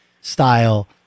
style